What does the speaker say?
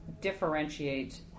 differentiate